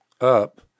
up